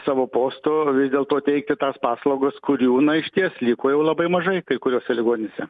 savo posto vis dėlto teikti tas paslaugas kurių na išties liko jau labai mažai kai kuriose ligoninėse